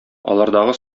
алардагы